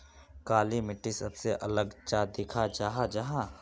काली मिट्टी सबसे अलग चाँ दिखा जाहा जाहा?